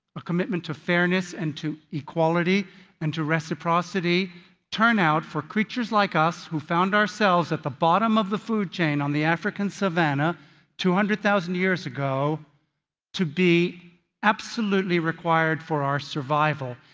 a commitment to fairness and equality and to reciprocity turn out for creatures like us who found ourselves at the bottom of the food chain on the african savanna two hundred thousand years ago to be absolutely required for our survival.